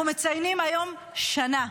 אנחנו מציינים היום שנה,